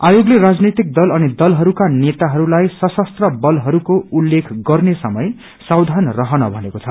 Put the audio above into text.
आयोगले राजनैतिक दल अनिदलहरूका नेताहरूलाई सशस्त्र बलहरूको उल्लेख गर्ने समय सावधान रहन भनेको छ